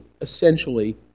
essentially